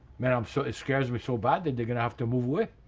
man, um so it scares me so bad that they're going to have to move away,